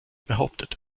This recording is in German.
behauptet